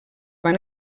van